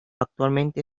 actualmente